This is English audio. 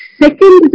second